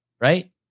right